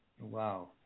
Wow